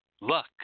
luck